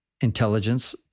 intelligence